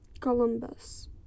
Columbus